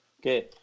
okay